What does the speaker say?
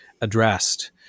addressed